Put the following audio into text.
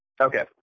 Okay